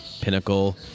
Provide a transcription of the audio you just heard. pinnacle